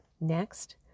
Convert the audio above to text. Next